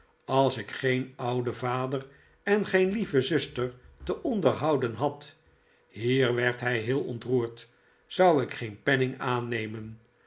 als ik geen ouden vader en geen lieve zuster te onderhouden had hier werd hij heel ontroerd zou ik geen penning aannemen